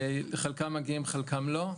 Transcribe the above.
חלקם מגיעים וחלקם לא,